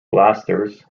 blasters